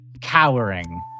cowering